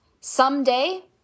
Someday